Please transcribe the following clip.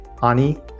Ani